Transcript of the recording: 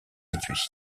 étuis